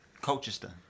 Colchester